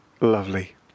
Lovely